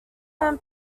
human